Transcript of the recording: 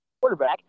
quarterback